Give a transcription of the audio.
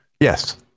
yes